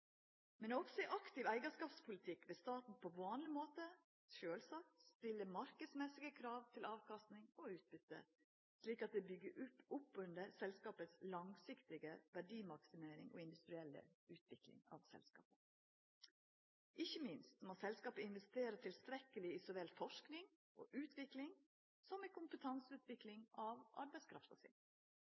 Men også i aktiv eigarskapspolitikk vil staten på vanleg måte sjølvsagt stilla marknadsmessige krav til avkasting og utbyte, slik at det byggjer opp under selskapas langsiktige verdimaksimering og industrielle utvikling. Ikkje minst må selskapa investera tilstrekkeleg i så vel forsking og utvikling som i kompetanseutvikling av arbeidskrafta si.